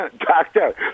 Doctor